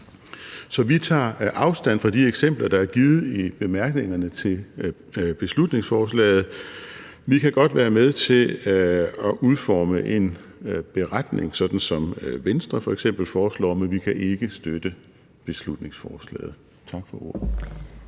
Så vi tager afstand fra de eksempler, der er givet i bemærkningerne til beslutningsforslaget. Vi kan godt være med til at udforme en beretning, sådan som Venstre f.eks. foreslår, men vi kan ikke støtte beslutningsforslaget. Tak for ordet.